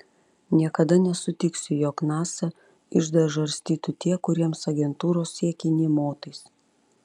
niekada nesutiksiu jog nasa iždą žarstytų tie kuriems agentūros siekiai nė motais